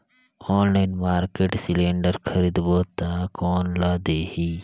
Online market cylinder खरीदबो ता कोन ला देही?